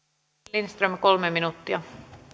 lindström kolme minuuttia